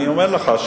אני אומר לך.